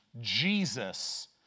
Jesus